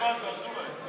ההצעה להעביר את הצעת